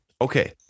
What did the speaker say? okay